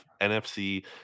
NFC